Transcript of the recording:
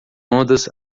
ondas